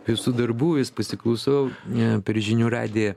visų darbų vis pasiklausau e per žinių radiją